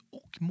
och